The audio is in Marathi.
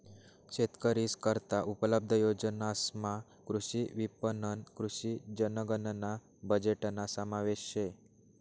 शेतकरीस करता उपलब्ध योजनासमा कृषी विपणन, कृषी जनगणना बजेटना समावेश शे